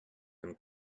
and